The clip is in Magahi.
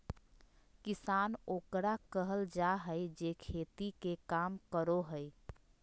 किसान ओकरा कहल जाय हइ जे खेती के काम करो हइ